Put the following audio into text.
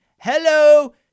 Hello